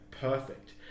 perfect